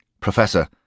Professor